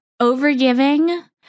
overgiving